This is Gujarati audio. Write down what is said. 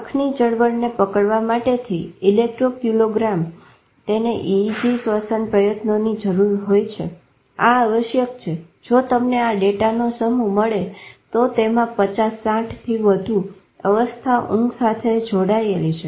આંખની ચળવળને પકડવા માટે થી ઇલેક્ટ્રોક્યુલોગ્રામ તેને ECG શ્વસન પ્રયત્નોની જરૂર હોય છે આ આવશ્યક છે જો તમને આ ડેટાનો સમૂહ મળે તો તેમાં 50 60 થી વધુ અવ્યવસ્થા ઊંઘ સાથે જોડાયેલી છે